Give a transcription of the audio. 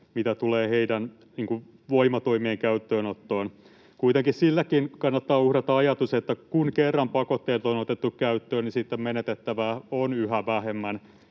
mitä tulee heidän voimatoimien käyttöönottoon. Kuitenkin sillekin kannattaa uhrata ajatus, että kun kerran pakotteet on otettu käyttöön, niin sitten menetettävää on yhä vähemmän,